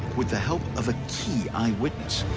with the help of a key eyewitness.